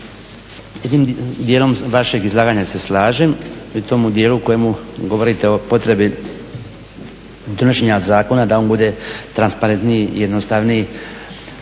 jednim dijelom vašeg izlaganja se slažem, u dijelu u kojem govorite o potrebi donošenja zakona da on bude transparentniji, jednostavniji